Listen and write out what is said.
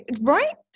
Right